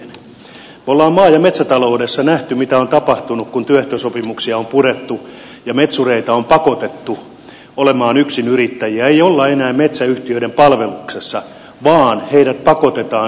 me olemme maa ja metsätaloudessa nähneet mitä on tapahtunut kun työehtosopimuksia on purettu ja metsureita on pakotettu olemaan yksinyrittäjiä ei olla enää metsäyhtiöiden palveluksessa vaan heidät pakotetaan yksinyrittäjyyteen